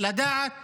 לדעת